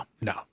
no